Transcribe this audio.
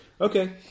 Okay